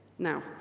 Now